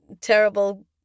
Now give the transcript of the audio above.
terrible